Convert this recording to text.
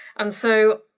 and so,